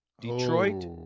detroit